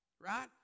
right